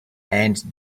and